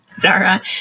Zara